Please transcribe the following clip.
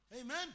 amen